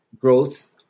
growth